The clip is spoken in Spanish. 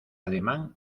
ademán